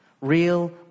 Real